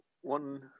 One